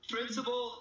Principal